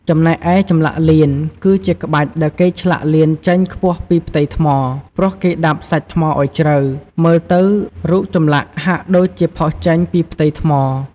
ចំណែកឯចម្លាក់លៀនគឺជាក្បាច់ដែលគេឆ្លាក់លៀនចេញខ្ពស់ពីផ្ទៃថ្ម ព្រោះគេដាប់សាច់ថ្មឱ្យជ្រៅ មើលទៅរូបចម្លាក់ហាក់ដូចជាផុសចេញពីផ្ទៃថ្ម។